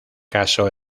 casó